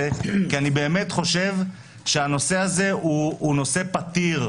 כי אני באמת חושב שהנושא הזה הוא נושא פתיר.